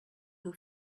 who